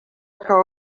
que